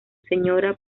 señora